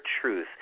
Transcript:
truth